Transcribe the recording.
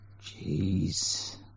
jeez